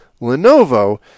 Lenovo